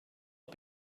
had